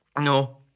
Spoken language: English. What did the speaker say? No